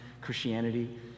Christianity